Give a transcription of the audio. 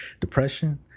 depression